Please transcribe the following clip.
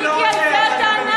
אני לא רוצה אבל,